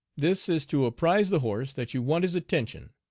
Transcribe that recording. this is to apprise the horse that you want his attention.